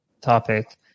topic